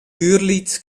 görlitz